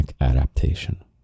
adaptation